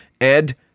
Ed